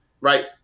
Right